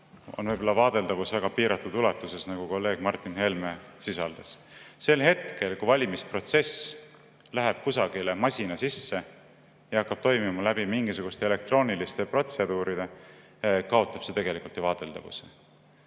on võib-olla vaadeldavus väga piiratud ulatuses, nagu ka kolleeg Martin Helme [kõne] sisaldas. Sel hetkel, kui valimisprotsess läheb kusagile masina sisse ja hakkab toimima läbi mingisuguste elektrooniliste protseduuride, kaotab see tegelikult ju vaadeldavuse.